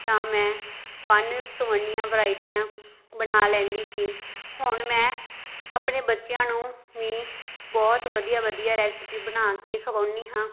ਤਾਂ ਮੈਂ ਵੰਨ ਸੁਵੰਨੀਆਂ ਵਰਾਇਟੀਆਂ ਬਣਾ ਲੈਂਦੀ ਸੀ ਹੁਣ ਮੈਂ ਆਪਣੇ ਬੱਚਿਆਂ ਨੂੰ ਵੀ ਬਹੁਤ ਵਧੀਆ ਵਧੀਆ ਰੈਸਪੀ ਬਣਾ ਕੇ ਖਵਾਉਂਦੀ ਹਾਂ